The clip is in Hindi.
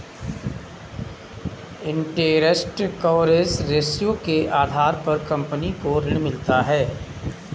इंटेरस्ट कवरेज रेश्यो के आधार पर कंपनी को ऋण मिलता है